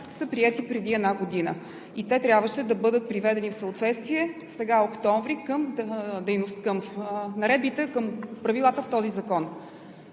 са приети преди една година и те трябваше да бъдат приведени в съответствие сега – месец октомври, към правилата в този закон.